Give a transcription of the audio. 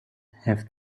have